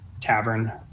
tavern